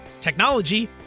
technology